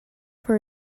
for